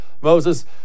Moses